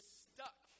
stuck